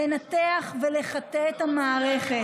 לנתח ולחטא את המערכת.